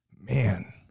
Man